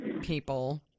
people